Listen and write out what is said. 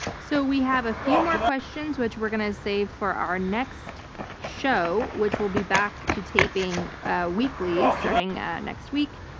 so we have a few more questions, which we're going to save for our next show, which will be back to taping ah weekly, starting next week,